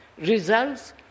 results